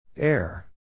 Air